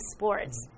Sports